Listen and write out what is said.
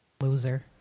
loser